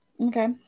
Okay